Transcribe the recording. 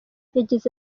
yagize